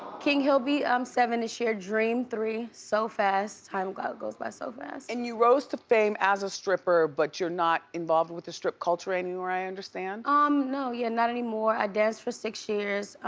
king, he'll be um seven this year, dream three, so fast, time goes goes by so fast. and you rose to fame as a stripper, but you're not involved with the strip culture anymore, i understand? um no, yeah, and not anymore, i danced for six years.